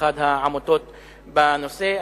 אחת העמותות בנושא.